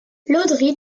landry